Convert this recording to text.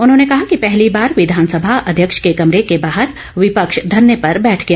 उन्होंने कहा कि पहली बार विघानसभा अध्यक्ष के कमरे के बाहर विपक्ष धरने पर बैठ गया